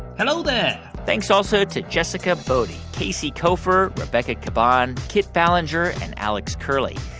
hello there thanks also to jessica boddy, casey koeffer, rebecca caban, kit ballenger and alex curley.